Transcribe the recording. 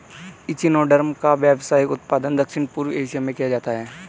echinoderm का व्यावसायिक उत्पादन दक्षिण पूर्व एशिया में किया जाता है